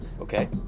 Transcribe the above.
okay